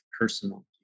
personal